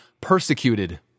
persecuted